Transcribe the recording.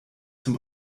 zum